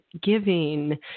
giving